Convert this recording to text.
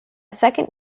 second